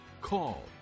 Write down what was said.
call